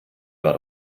war